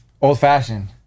old-fashioned